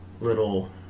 little